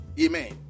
Amen